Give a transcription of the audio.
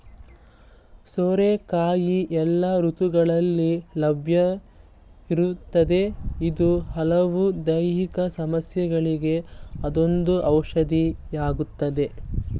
ಸೋರೆಕಾಯಿ ಎಲ್ಲ ಋತುಗಳಲ್ಲಿ ಲಭ್ಯವಿರ್ತದೆ ಇದು ಹಲವು ದೈಹಿಕ ಸಮಸ್ಯೆಗಳಿಗೆ ಅದೊಂದು ಔಷಧಿಯಾಗಯ್ತೆ